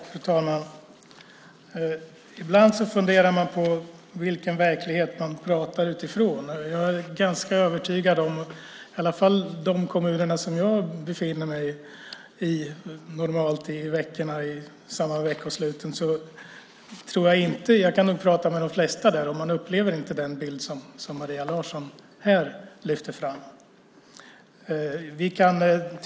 Fru talman! Ibland funderar man på vilken verklighet vi talar utifrån. De flesta i de kommuner jag befinner mig i under veckosluten delar inte den bild Maria Larsson lyfter fram.